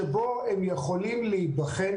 שבו הם יכולים להיבחן.